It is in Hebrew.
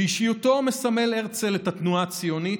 באישיותו מסמל הרצל את התנועה הציונית,